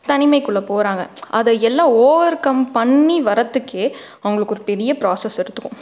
தனிமைக்குள்ளே போகறாங்க அதை எல்லாம் ஓவர் கம் பண்ணி வரதுக்கே அவங்களுக்கு ஒரு பெரிய ப்ராசஸ் எடுத்துக்கும்